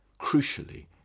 Crucially